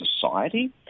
society